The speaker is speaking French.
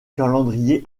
calendrier